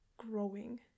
growing